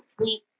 sleep